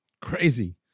Crazy